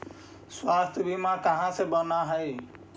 स्वास्थ्य बीमा कहा से बना है?